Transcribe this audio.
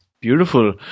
Beautiful